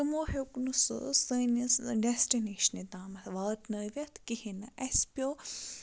تٕمو ہیوٚک نہٕ سُہ سٲنِس ڈیسٹِنیشنہِ تامَتھ واتنٲوِتھ کِہیٖنۍ نہٕ اَسہِ پیوٚو